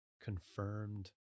confirmed